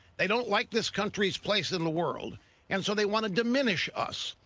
they don't like this country's place in the world and so they want to diminish us.